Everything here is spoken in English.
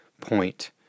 point